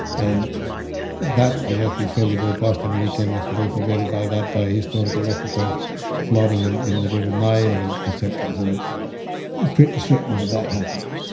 and that is actually fairly robust, and we can actually also verify that by historical records on flooding and in the river nile and etc. so we're pretty certain that that happened.